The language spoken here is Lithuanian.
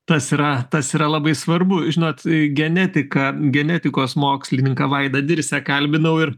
tas yra tas yra labai svarbu žinot genetiką genetikos mokslininką vaidą dirsę kalbinau ir